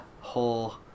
whole